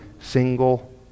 single